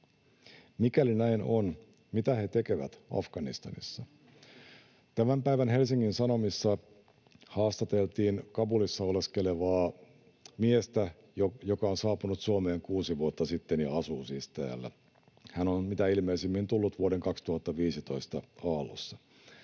Mikäli näin on, mitä he tekevät Afganistanissa? Tämän päivän Helsingin Sanomissa haastateltiin Kabulissa oleskelevaa miestä, joka on saapunut Suomeen kuusi vuotta sitten ja asuu siis täällä. Hän on mitä ilmeisimmin tullut vuoden 2015 aallossa.